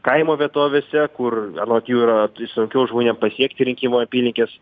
kaimo vietovėse kur anot jų yra sunkiau žmonėm pasiekti rinkimų apylinkes